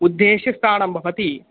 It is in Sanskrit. उद्देश्यस्थानं भवति